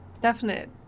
Definite